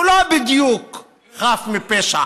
הוא לא בדיוק חף מפשע,